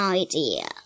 idea